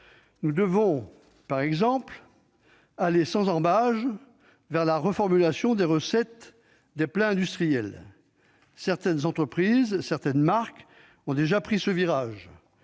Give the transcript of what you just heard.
Nous devons par exemple aller sans ambages vers la reformulation des recettes des plats industriels. Certaines entreprises ou marques ont déjà pris ce virage.